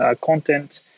content